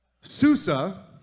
Susa